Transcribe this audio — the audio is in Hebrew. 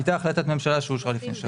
זה תקציב תפעל שוטף,